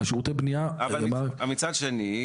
בשירותי בנייה --- מצד שני,